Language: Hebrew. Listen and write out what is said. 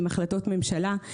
עם החלטות ממשלה.